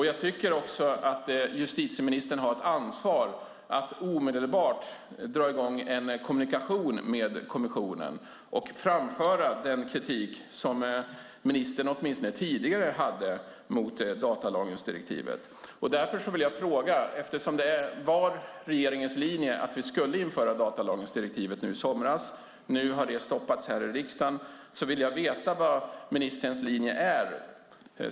Jag tycker att justitieministern har ett ansvar att omedelbart dra i gång en kommunikation med kommissionen och framföra den kritik som ministern åtminstone tidigare hade mot datalagringsdirektivet. Det var regeringens linje i somras att vi skulle införa datalagringsdirektivet. Nu har det stoppats här i riksdagen. Jag vill veta vad ministerns linje är.